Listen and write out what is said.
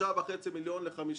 משלושה וחצי מיליון ל-52